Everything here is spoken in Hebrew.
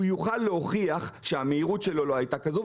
הוא יוכל להוכיח שהמהירות שלו לא הייתה כזו,